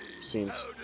scenes